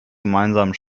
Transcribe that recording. gemeinsamen